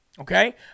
okay